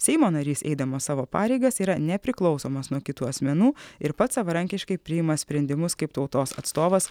seimo narys eidamas savo pareigas yra nepriklausomas nuo kitų asmenų ir pats savarankiškai priima sprendimus kaip tautos atstovas